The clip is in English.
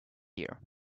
here